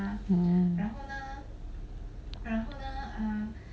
oh